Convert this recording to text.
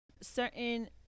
certain